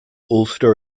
ulster